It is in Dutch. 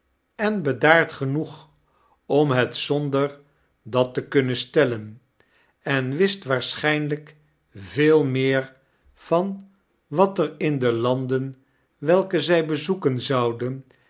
jfeedaard genoeg om het zonder dat te kunnen yjrtellen en wist waarschijnlijk veel meer van wat er in de landen welke zy bezoeken zou